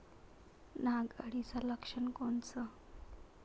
नाग अळीचं लक्षण कोनचं?